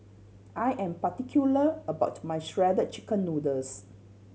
I am particular about my Shredded Chicken Noodles